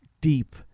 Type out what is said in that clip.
deep